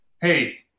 hey